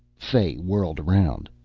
fay whirled around.